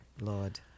Lord